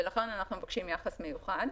ולכן אנחנו מבקשים יחס מיוחד.